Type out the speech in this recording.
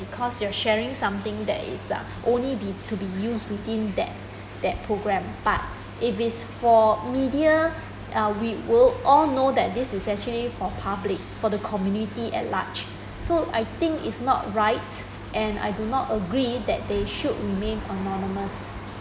because you are sharing something that is uh only be to be used within that that program but if it's for media uh we'll all know that this is actually for public for the community at large so I think it's not right and I do not agree that they should remain anonymous